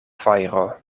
fajro